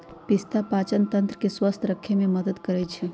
पिस्ता पाचनतंत्र के स्वस्थ रखे में मदद करई छई